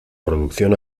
producción